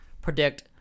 predict